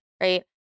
right